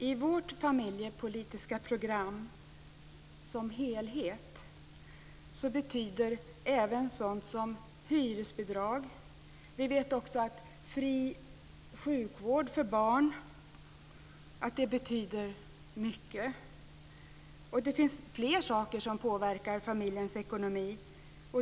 I vårt familjepolitiska program som helhet betyder även sådant som hyresbidrag mycket. Vi vet också att fri sjukvård för barn betyder mycket. Det finns fler saker som påverkar familjens ekonomi.